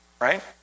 Right